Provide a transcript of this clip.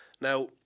Now